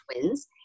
twins